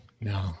no